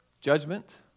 Judgment